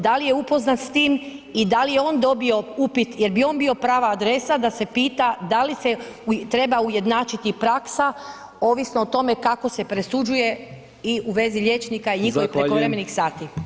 Da li je upoznat s tim i da li je on dobio upit jer bi on bio prava adresa da se pita da li se treba ujednačiti praksa ovisno o tome kako se presuđuje i u vezi liječnika i njihovih prekovremenih sati?